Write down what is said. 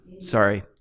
Sorry